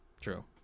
true